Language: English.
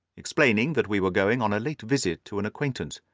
explaining that we were going on a late visit to an acquaintance,